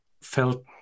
felt